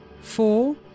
four